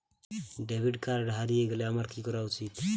Debit card হারিয়ে গেলে আমার কি করা উচিৎ?